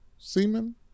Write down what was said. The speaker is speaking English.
Semen